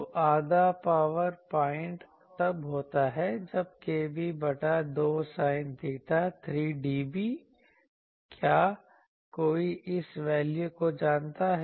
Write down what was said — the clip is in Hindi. तो आधा पावर पॉइंट तब होता है जब kb बटा 2 sin theta 3dB क्या कोई इस वैल्यू को जानता है